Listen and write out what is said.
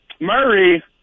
Murray